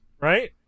right